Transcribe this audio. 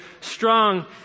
strong